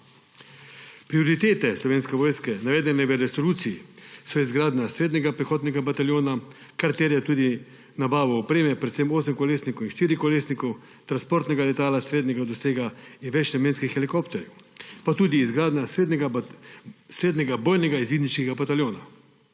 Prioritete Slovenske vojske, navedene v resoluciji, so izgradnja srednjega pehotnega bataljona, kar terja tudi nabavo opreme predvsem osemkolesnikov in štirikolesnikov, transportnega letala srednjega dosega in več namenskih helikopterjev pa tudi izgradnja srednjega bojnega izvidniškega bataljona.